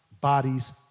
bodies